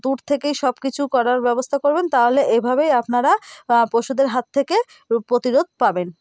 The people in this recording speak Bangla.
দূর থেকেই সব কিছু করার ব্যবস্থা করবেন তাহলে এভাবেই আপনারা পশুদের হাত থেকে প্রতিরোধ পাবেন